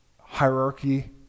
hierarchy